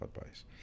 advice